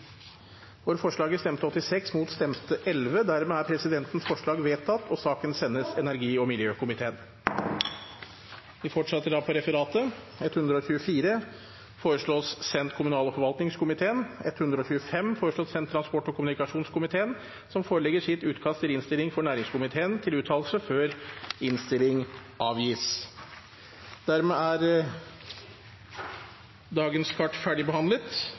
Sendes transport- og kommunikasjonskomiteen, som forelegger sitt utkast til innstilling for næringskomiteen til uttalelse før innstilling avgis. Dermed er dagens kart ferdigbehandlet.